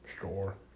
Sure